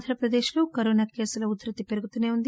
ఆంధ్రప్రదేశ్ లో కరోనా కేసుల ఉద్దృతి పెరుగుతూసే ఉంది